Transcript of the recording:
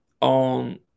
on